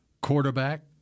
Quarterback